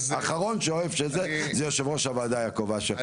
האחרון שאוהב זה יושב ראש הוועדה יעקב אשר.